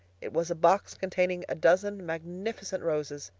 it was a box containing a dozen magnificent roses.